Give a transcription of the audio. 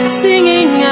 singing